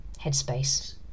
headspace